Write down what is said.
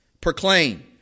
proclaim